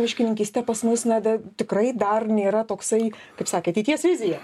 miškininkyste pas mus na tikrai dar nėra toksai kaip sakėt ateities vizija